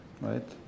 right